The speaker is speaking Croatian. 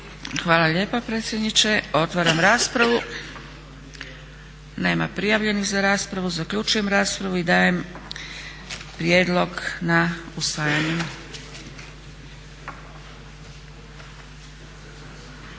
Hvala lijepa predsjedniče. Otvaram raspravu. Nema prijavljenih za raspravu. Zaključujem raspravu i dajem prijedlog na usvajanje.